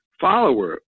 follower